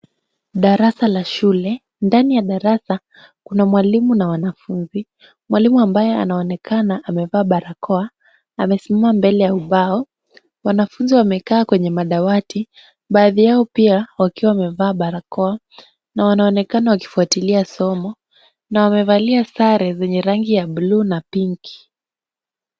Darasa la shule. Ndani ya darasa kuna mwalimu na wanafunzi. Mwalimu ambaye anaonekana amevaa barakoa amesimama mbele ya ubao. Wanafunzi wamekaa kwenye madawati. Baadhi yao pia wakiwa wamevaa barakoa na wanaonekana wakifuatilia somo na wamevalia sare zenye rangi ya buluu na pinki.